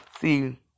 See